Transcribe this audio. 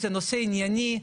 זה נושא ענייני,